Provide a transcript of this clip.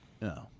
No